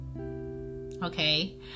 Okay